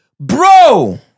Bro